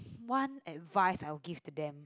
one advise I will give to them